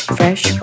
fresh